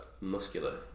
muscular